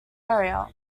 area